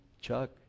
Chuck